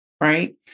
right